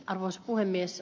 arvoisa puhemies